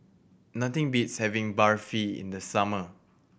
nothing beats having Barfi in the summer